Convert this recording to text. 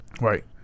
Right